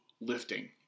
lifting